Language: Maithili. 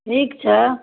ठीक छै